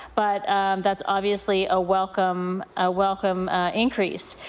but that's obviously a welcome ah welcome increase.